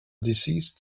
deceased